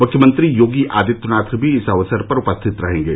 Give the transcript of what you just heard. मुख्यमंत्री योगी आदित्यनाथ भी इस अवसर पर उपस्थित रहेंगे